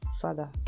Father